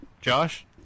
Josh